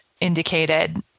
indicated